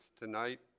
tonight